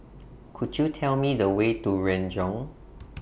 Could YOU Tell Me The Way to Renjong